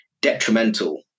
detrimental